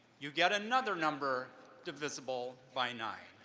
you get another number divisible by nine.